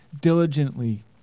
diligently